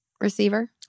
receiver